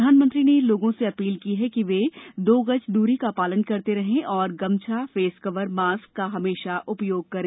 प्रधानमंत्री ने लोगों से अपील की कि वे दो गज दूरी का पालन करते रहें और गमछा फेसकवर मास्क का हमेशा उपयोग करें